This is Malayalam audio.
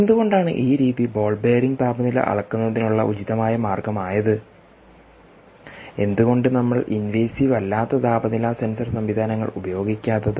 എന്തുകൊണ്ടാണ് ഈ രീതി ബാൾ ബെയറിംഗ് താപനില അളക്കുന്നതിനുള്ള ഉചിതമായ മാർഗ്ഗമായത് എന്തുകൊണ്ട് നമ്മൾ ഇൻവേസീവ് അല്ലാത്ത താപനില സെൻസർസംവിധാനങ്ങൾ ഉപയോഗിക്കാത്തത്